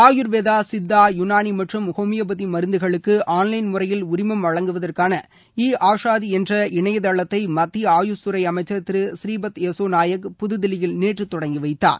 ஆயுர்வேதா சித்தா யுனாளி மற்றும் ஹோமியோபதி மருந்துகளுக்கு ஆன்லைன் முறையில் உரிமம் வழங்குவதற்கான இ அவுஷாதி என்ற இணையதளத்தை மத்திய ஆயுஷ்துறை அமைச்சா் திரு ஸ்ரீபத் எஸ்ஸோ நாயக் புதுதில்லியில் நேற்று தொடங்கி வைத்தார்